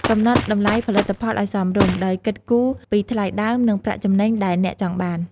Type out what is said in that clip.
កំណត់តម្លៃផលិតផលឱ្យសមរម្យ ដោយគិតគូរពីថ្លៃដើម និងប្រាក់ចំណេញដែលអ្នកចង់បាន។